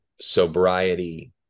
sobriety